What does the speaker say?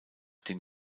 den